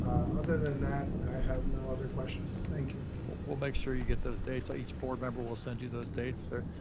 other than that, i have no other questions, thank you. we'll make sure you get those dates. so each board member will send you those dates there.